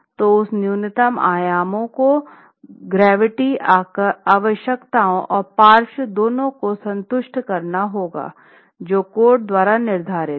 तो उन न्यूनतम आयामों को गुरुत्वाकर्षण आवश्यकताओं और पार्श्व दोनों को संतुष्ट करना होगा जो कोड द्वारा निर्धारित है